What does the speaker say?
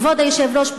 כבוד היושב-ראש,